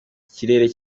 ikirere